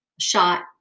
shot